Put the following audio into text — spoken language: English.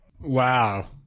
Wow